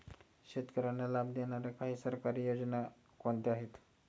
शेतकऱ्यांना लाभ देणाऱ्या काही सरकारी योजना कोणत्या आहेत?